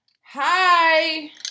Hi